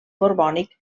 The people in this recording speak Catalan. borbònic